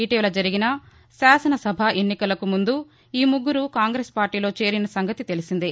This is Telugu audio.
ఇటీవల జరిగిన రాష్ట్ర శాసన సభ ఎన్నికలకు ముందు ఈ ముగ్గరు కాంగ్రెస్ పార్టీలో చేరిన సంగతి తెలిసిందే